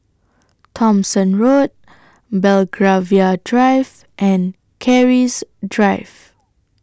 Thomson Road Belgravia Drive and Keris Drive